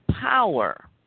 power